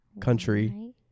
country